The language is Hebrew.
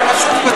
אתה פשוט פתטי.